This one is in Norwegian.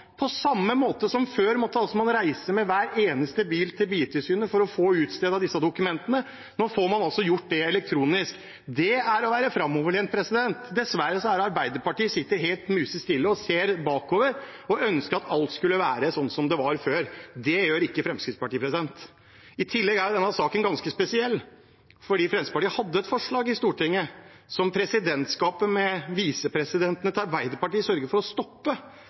på samme måte som man før måtte reise med hver eneste bil til Biltilsynet for å få utstedt dokumentene – nå får man gjort det elektronisk. Det er å være framoverlent. Dessverre sitter Arbeiderpartiet helt musestille og ser bakover og ønsker at alt var sånn som det var før. Det gjør ikke Fremskrittspartiet. I tillegg er denne saken ganske spesiell, for Fremskrittspartiet hadde et forslag i Stortinget som presidentskapet, med visepresidentene til Arbeiderpartiet, sørget for å stoppe,